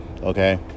Okay